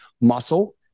muscle